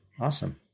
awesome